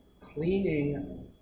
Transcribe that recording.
cleaning